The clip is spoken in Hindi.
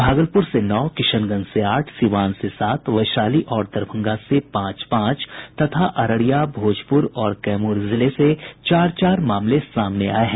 भागलपुर से नौ किशनगंज से आठ सीवान से सात वैशाली और दरभंगा से पांच पांच तथा अररिया भोजपुर और कैमूर जिले से चार चार मामले सामने आये हैं